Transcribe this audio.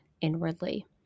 inwardly